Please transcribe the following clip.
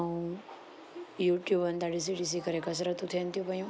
ऐं यूट्यूबनि तां ॾिसी ॾिसी करे कसरतूं थियनि थी पयूं